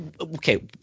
okay